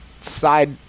Side-